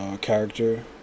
character